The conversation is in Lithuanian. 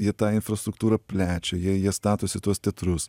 jie tą infrastruktūrą plečia jie jie statosi tuos teatrus